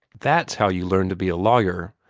that's how you learn to be a lawyer.